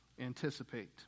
anticipate